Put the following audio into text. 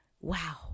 wow